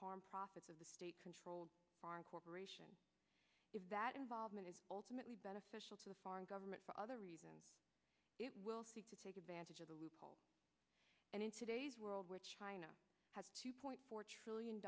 harm profits of the state controlled foreign corporation if that involvement is ultimately beneficial to a foreign government for other reasons it will seek to take advantage of a loophole and in today's world where china has two point four trillion